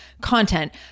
content